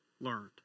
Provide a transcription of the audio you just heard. learned